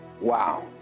Wow